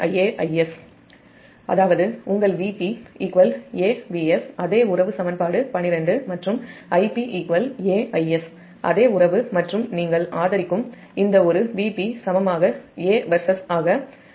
அதாவது உங்கள் VpA Vs அதே உறவு சமன்பாடு 12 மற்றும்Ip A Is அதே உறவு மற்றும் நீங்கள் ஆதரிக்கும் இந்த ஒரு Vp சமமாக A ஆக மாறும் மற்றும் Ip A Is